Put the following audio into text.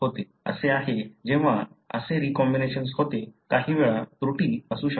जसे आहे जेव्हा असे रीकॉम्बिनेशन होते काही वेळा त्रुटी असू शकतात